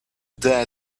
dare